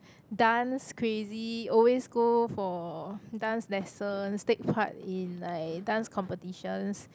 dance crazy always go for dance lessons takes part in like dance competitions